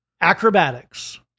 acrobatics